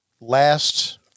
last